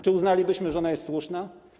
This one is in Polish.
Czy uznalibyśmy, że ona jest słuszna?